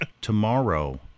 Tomorrow